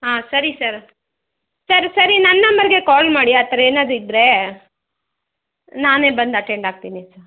ಹಾಂ ಸರಿ sir sir ಸರಿ ನನ್ನ ನಂಬರ್ಗೆ ಕಾಲ್ ಮಾಡಿ ಆ ಥರ ಏನಾದರೂ ಇದ್ದರೆ ನಾನೇ ಬಂದು ಅಟೆಂಡ್ ಆಗ್ತೀನಿ ಸರ್